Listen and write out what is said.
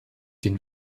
den